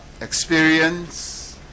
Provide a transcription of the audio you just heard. experience